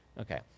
Okay